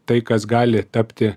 tai kas gali tapti